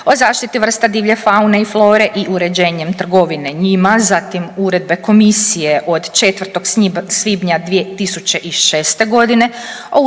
o zaštiti vrsta divlje faune i flore i uređenjem trgovine njima, zatim Uredbe komisije od 4. svibnja 2006.g.